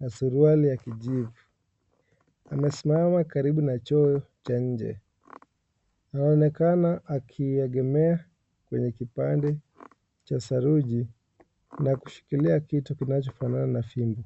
na suruali ya kijivu. Anasimama karibu na choo cha njee. Anaonekana akiegemea kwenye kipande cha saruji na kushikilia kitu kinachofanana na fimbo.